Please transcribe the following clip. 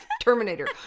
Terminator